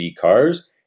cars